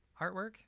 artwork